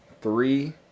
three